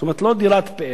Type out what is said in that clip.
זאת אומרת, לא דירת פאר.